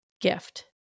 gift